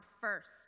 first